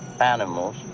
animals